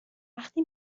وقتی